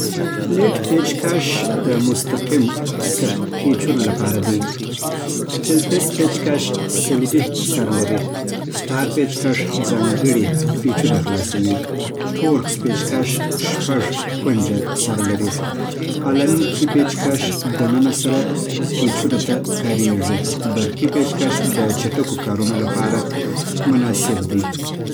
فلیټ پېچ‌کش د مستقیم سر پیچونو لپاره دی. فېلپس پېچ‌کش صلیبي سر لري. سټار پېچ‌کش ځانګړي پیچونه خلاصوي. ټورکس پېچ‌کش شپږ کونجه سر لري. الن کی پېچ‌کش دننه سر پیچونو ته کارېږي. برقي پېچ‌کش د چټکو کارونو لپاره مناسب دی.